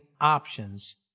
options